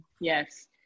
Yes